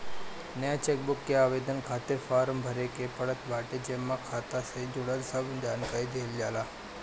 नया चेकबुक के आवेदन खातिर फार्म भरे के पड़त बाटे जेमे खाता से जुड़ल सब जानकरी देहल जाला